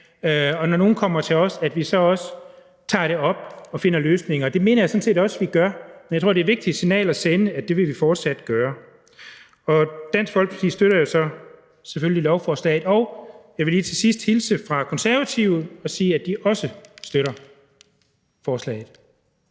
vi, når nogle kommer til os, så også tager det op og finder løsninger. Det mener jeg sådan set også vi gør, men jeg tror, det er et vigtigt signal at sende, at det vil vi fortsat gøre. Dansk Folkeparti støtter selvfølgelig lovforslaget, og jeg vil lige til sidst hilse fra Konservative og sige, at de også støtter forslaget.